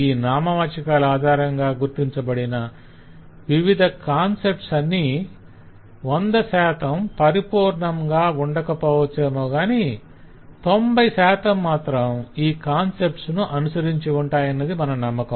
ఈ నామవాచకాల ఆధారంగా గుర్తించబడిన వివిధ కాన్సెప్ట్స్ అన్నీ 100 శాతం పరిపూర్ణంగా ఉండకపోవచ్చేమోగాని 90 శాతం మాత్రం ఈ కాన్సెప్ట్స్ ను అనసరించి ఉంటాయన్నది మన నమ్మకం